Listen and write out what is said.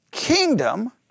kingdom